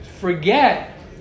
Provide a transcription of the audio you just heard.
forget